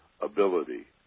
ability